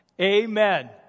Amen